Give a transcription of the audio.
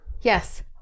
yes